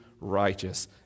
righteous